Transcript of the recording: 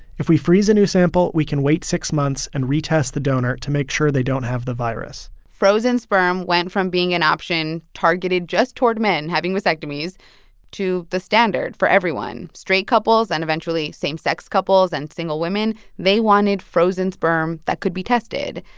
if we freeze a new sample, we can wait six months and retest the donor to make sure they don't have the virus frozen sperm went from being an option targeted just toward men having vasectomies to the standard for everyone. straight couples and, eventually, same-sex couples and single women they wanted frozen sperm that could be tested.